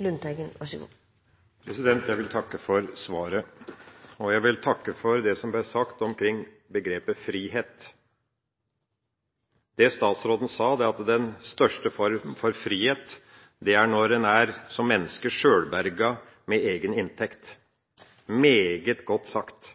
ble sagt om begrepet «frihet». Det statsråden sa, at den største form for frihet er når en som menneske er sjølberga med egen inntekt, er meget godt sagt.